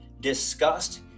discussed